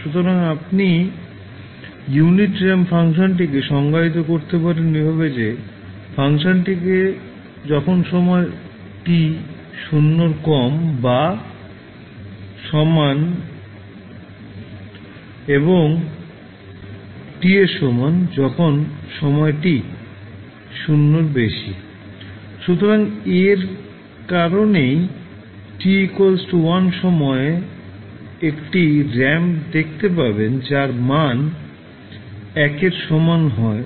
সুতরাং আপনি unit ramp ফাংশনটিকে সংজ্ঞায়িত করতে পারেন এভাবে যে ফাংশনটিকে যখন সময় t 0এর কম বা সমান এবং t এর সমান যখন সময় t 0এর বেশি সুতরাং এর কারণেই t 1সময়ে একটি র্যাম্প দেখতে পাবেন যার মান 1 এর সমান হয়